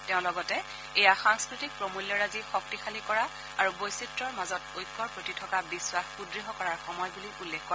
তেওঁ লগতে এয়া সাংস্কৃতিক প্ৰমূল্যৰাজি শক্তিশালী কৰা আৰু বৈচিত্ৰ্যৰ মাজত ঐক্যৰ প্ৰতি থকা বিখাস সুদৃঢ় কৰাৰ সময় বুলি উল্লেখ কৰে